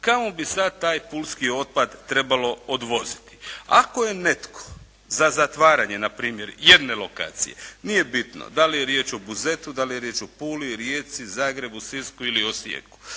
Kamo bi sad taj pulski otpad trebalo odvoziti? Ako je netko za zatvaranje, npr. jedne lokacije, nije bitno da li je riječ o Buzetu, da li je riječ o Puli, Rijeci, Zagrebu, Sisku ili Osijeku,